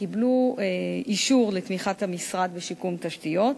קיבלו אישור לתמיכת המשרד ושיקום תשתיות.